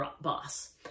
boss